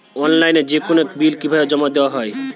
অনলাইনে যেকোনো বিল কিভাবে জমা দেওয়া হয়?